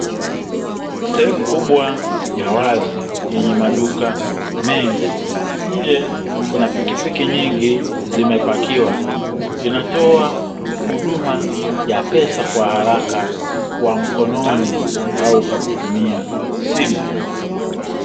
Sehem kubwa ya wazi yenye maduka mengi. Nje kuna pikipiki nyingi zimepakiwa, inatoa huduma ya pesa kwa haraka kwa mkononi au kwa kutumia simu.